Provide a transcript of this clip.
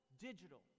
digital